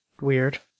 weird